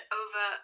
over